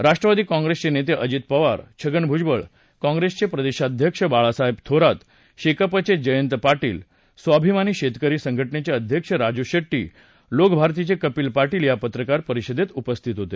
राष्ट्रवादी काँप्रेसचे नेते अजित पवार छगन भुजबळ काँप्रेसचे प्रदेशाध्यक्ष बाळासाहेब थोरात शेकापचे जयंत पाटील स्वाभिमानी शेतकरी संघटनेचे अध्यक्ष राजू शेट्टी लोकभारतीचे कपिल पाटील या पत्रकार परिषदेला उपस्थित होते